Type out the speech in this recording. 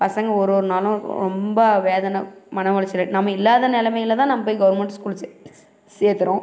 பசங்கள் ஒரு ஒரு நாளும் ரொம்ப வேதனை மன உளைச்சலு நம்ம இல்லாத நிலமையில தான் நம்ம போய் கவர்மெண்ட் ஸ்கூல் சேத்துறோம்